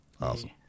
Awesome